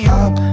up